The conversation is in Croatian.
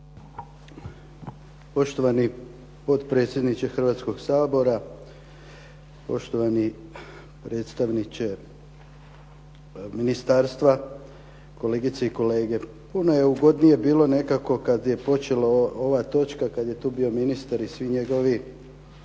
Poštovani potpredsjedniče Hrvatskog sabora, poštovani predstavniče ministarstva, kolegice i kolege. Puno je ugodnije bilo nekako kad je počela ova točka kad je tu bio ministar i svi njegovi